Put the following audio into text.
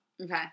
Okay